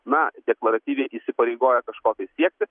na deklaratyviai įsipareigoja kažko tai siekti